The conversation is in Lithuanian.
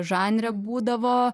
žanre būdavo